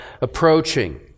approaching